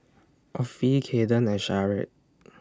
Offie Kayden and Sharde